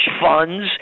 funds